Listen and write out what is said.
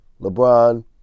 LeBron